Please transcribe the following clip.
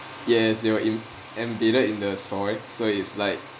yes they were in~ embedded in the soil so it's like